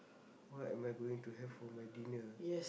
what am I going to have for my dinner